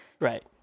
Right